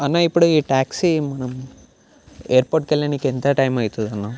అన్న ఇప్పుడు ఈ ట్యాక్సీ మనం ఎయిర్పోర్ట్కి వెళ్ళనీకి ఎంత టైమ్ అవుతుందన్న